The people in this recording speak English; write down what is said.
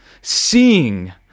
seeing